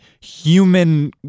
human